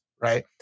Right